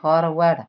forward